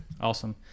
Awesome